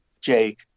jake